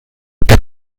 der